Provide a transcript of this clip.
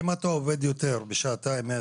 אם אתה עובד שעתיים יותר,